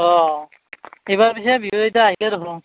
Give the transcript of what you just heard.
অঁ এইবাৰ পিছে বিহু ইতা আহিলে দেখোন